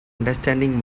understanding